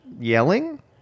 yelling